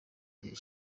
gihe